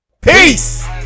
Peace